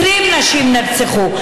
20 נשים נרצחו,